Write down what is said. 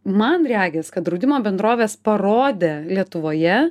man regis kad draudimo bendrovės parodė lietuvoje